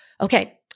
Okay